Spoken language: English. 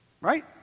right